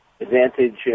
Advantage